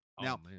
Now